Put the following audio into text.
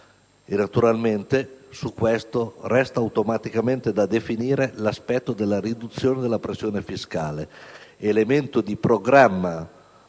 Naturalmente su questo resta automaticamente da definire l'aspetto della riduzione della pressione fiscale, elemento di programma